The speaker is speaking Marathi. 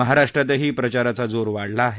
महाराष्ट्रातही प्रचाराचा जोर वाढला आहे